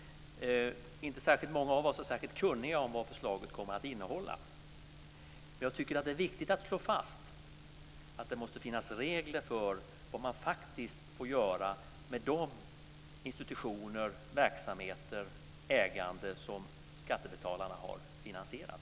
Det är inte många av oss som är särskilt kunniga om vad förslaget kommer att innehålla. Jag tycker att det är viktigt att slå fast att det måste finnas regler för vad man faktiskt får göra med de institutioner, de verksamheter och det ägande som skattebetalarna har finansierat.